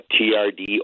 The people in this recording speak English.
TRD